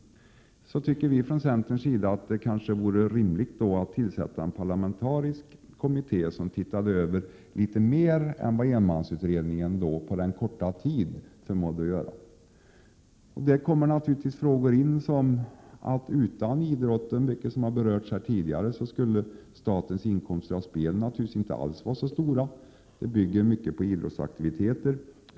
Från centerns sida tycker vi att det mot denna bakgrund kanske vore rimligt att tillsätta en parlamentarisk kommitté, som skulle se över litet mer än vad enmansutredningen förmådde att göra på den korta tiden. Det kommer naturligtvis in synpunkter som att utan idrotten, vilket har berörts här tidigare, skulle statens inkomster av spel inte alls vara så stora. De bygger mycket på idrottsaktiviteter.